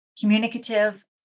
communicative